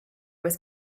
was